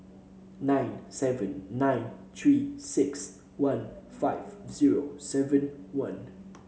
nine seven nine Three six one five zero seven one